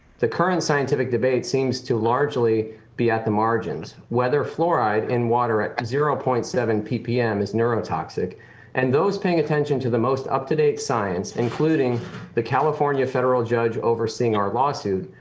the current scientific debate seems to largely be at the margins, whether fluoride in water at zero point seven ppm is neurotoxic and those paying attention to the most up-to-date science, including the california federal judge overseeing our lawsuit,